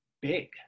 big